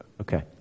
Okay